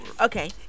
Okay